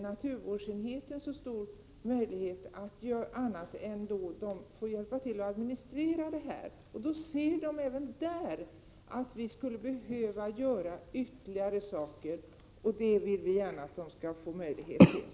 Naturvårdsenhetens uppgift är att administrera verksamheten. Den ser att ytterligare saker behöver göras, och det vill vi att man skall få möjlighet till.